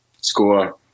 score